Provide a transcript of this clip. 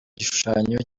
igishushanyo